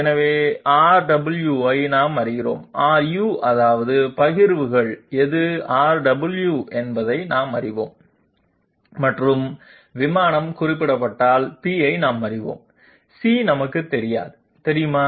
எனவே rw ஐ நாம் அறிவோம் Ru அதாவது பகிர்வுகள் எது Rw என்பதை நாம் அறிவோம் ⁄ மற்றும் ⁄ விமானம் குறிப்பிடப்பட்டால் P ஐ நாம் அறிவோம் சி நமக்குத் தெரியுமா